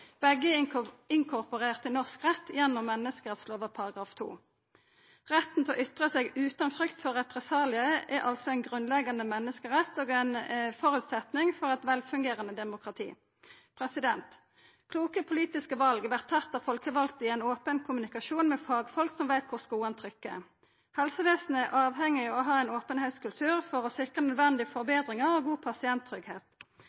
Begge er inkorporerte i norsk rett gjennom menneskerettslova § 2. Retten til å ytra seg utan frykt for represaliar er altså ein grunnleggjande menneskerett og ein føresetnad for eit velfungerande demokrati. Kloke politiske val vert tatt av folkevalde i ein open kommunikasjon med fagfolk som veit kor skoen trykkjer. Helsevesenet er avhengig av å ha ein openheitskultur for å